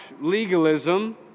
legalism